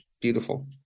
beautiful